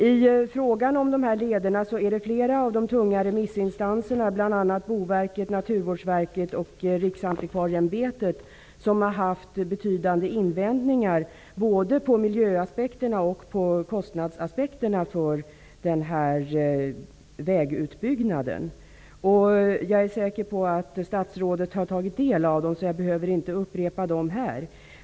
I fråga om dessa leder har många tunga remissinstanser, bl.a. Boverket, Naturvårdsverket och Riksantikvarieämbetet, haft betydande invändningar när det gäller både miljöaspekterna och kostnadsaspekterna på den här vägutbyggnaden. Jag är säker på att statsrådet har tagit del av dem, så jag behöver inte upprepa dem här.